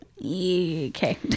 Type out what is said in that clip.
Okay